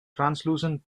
translucent